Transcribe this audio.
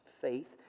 faith